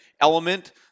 element